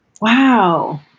Wow